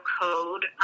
Code